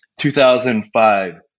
2005